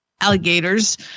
alligators